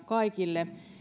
kaikille